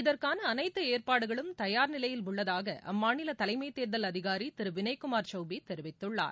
இதற்கான அனைத்து அஏற்பாடுகளும் தயார் நிலையில் உள்ளதாக அம்மாநில தலைமை தேர்தல் அதிகாரி திரு வினய்குமார் சௌபே தெரிவித்துள்ளார்